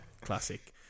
classic